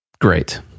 Great